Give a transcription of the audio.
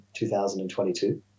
2022